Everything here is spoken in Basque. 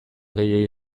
gehiegi